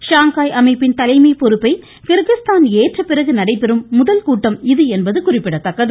Shanghai அமைப்பின் தலைமை பொறுப்பை கிர்கிஸ்தான் ஏற்ற பிறகு நடைபெறும் முதல் கூட்டம் இது என்பது குறிப்பிடத்தக்கது